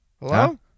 Hello